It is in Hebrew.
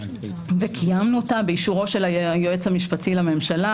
וקיימנו אותה באישורו של היועץ המשפטי לממשלה,